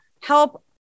help